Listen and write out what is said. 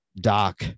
Doc